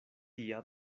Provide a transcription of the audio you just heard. tia